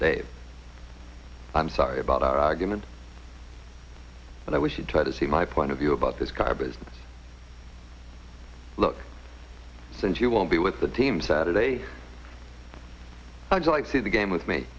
have i'm sorry about our argument but i wish you'd try to see my point of view about this car business look since you won't be with the team saturday i'd like to see the game with me